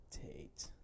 Tate